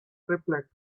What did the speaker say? triplet